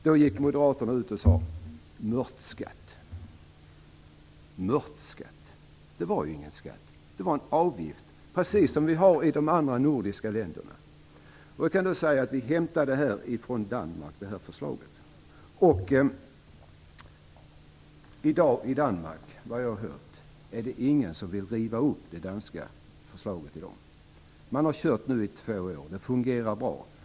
Då gick moderaterna ut och kallade det för mörtskatt. Det var ju ingen skatt utan en avgift precis som man har i de andra nordiska länderna. Vi hämtade det här förslaget från Danmark. I dag finns det ingen i Danmark som vill riva upp det danska beslutet, vad jag har hört. Man har använt det här systemet i två år, och det fungerar bra.